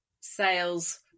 sales